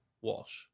Walsh